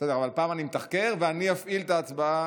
אינו נוכח, חבר הכנסת יוסף טייב,